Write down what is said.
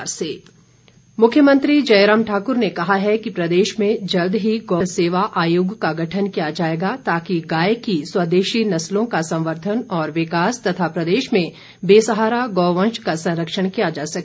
मुख्यमंत्री मुख्यमंत्री जयराम ठाकूर ने कहा है कि प्रदेश में जल्द ही गौ सेवा आयोग का गठन किया जाएगा ताकि गाय की स्वदेशी नस्लों का संवर्धन और विकास तथा प्रदेश में बेसहारा गौ का संरक्षण किया जा सके